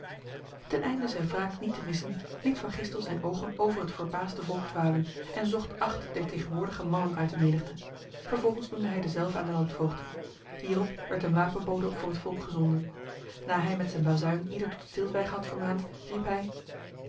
ten einde zijn wraak niet te missen liet van gistel zijn ogen over het verbaasde volk dwalen en zocht acht der tegenwoordige mannen uit de menigte vervolgens noemde hij dezelve aan de landvoogd hierop werd een wapenbode voor het volk gezonden na hij met zijn bazuin ieder tot stilzwijgen had vermaand